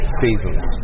seasons